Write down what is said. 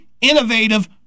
innovative